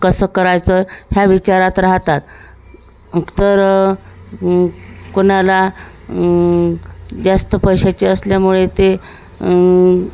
कसं करायचं ह्या विचारात राहतात तर कोणाला जास्त पैशाचे असल्यामुळे ते